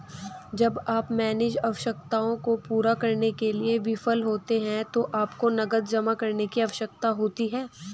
जब आप मार्जिन आवश्यकताओं को पूरा करने में विफल होते हैं तो आपको नकद जमा करने की आवश्यकता होती है